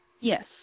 Yes